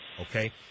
okay